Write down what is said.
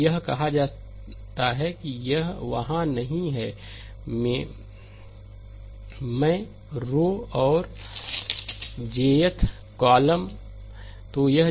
यह कहा जाता है यह वहाँ नहीं है मैं रो और Jth कॉलम